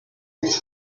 est